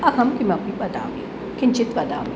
अहं किमपि वदामि किञ्चित् वदामि